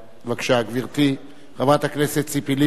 בבקשה, גברתי, חברת הכנסת ציפי לבני.